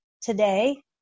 today